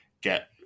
get